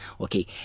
Okay